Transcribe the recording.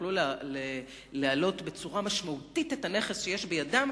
ויוכלו להעלות בצורה משמעותית את ערך הנכס שיש בידם.